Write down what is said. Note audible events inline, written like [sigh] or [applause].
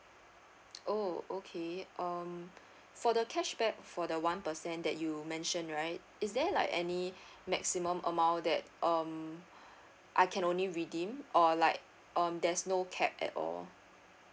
oh okay um for the cashback for the one percent that you mention right is there like any [breath] maximum amount that um I can only redeem or like um there's no cap at all